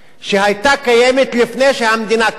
שהיתה קיימת לפני שהמדינה קמה.